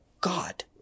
God